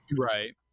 right